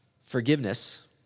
Forgiveness